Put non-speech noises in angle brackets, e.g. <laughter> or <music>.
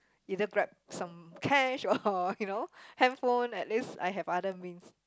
either grab some cash <laughs> or you know hand phone at least I have other means